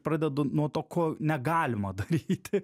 pradedu nuo to ko negalima daryti